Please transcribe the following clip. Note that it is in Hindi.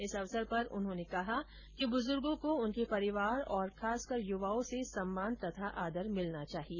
इस अवसर पर उन्होंने कहा कि बूजूगाँ को उनके परिवार और खासकर युवाओं से सम्मान तथा आदर मिलना चाहिए